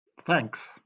Thanks